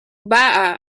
bat